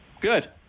Good